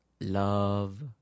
love